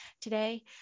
today